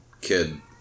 kid